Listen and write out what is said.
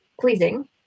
pleasing